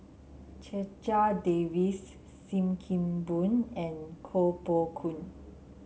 Checha Davies Sim Kee Boon and Koh Poh Koon